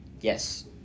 yes